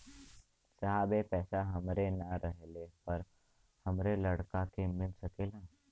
साहब ए पैसा हमरे ना रहले पर हमरे लड़का के मिल सकेला का?